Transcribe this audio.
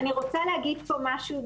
אני רוצה להגיד פה משהו.